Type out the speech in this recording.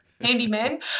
handyman